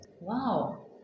Wow